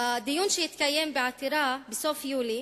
בדיון שהתקיים בעתירה בסוף יולי